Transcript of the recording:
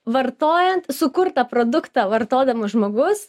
vartojant sukurtą produktą vartodamas žmogus